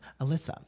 Alyssa